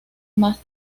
más